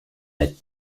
n’êtes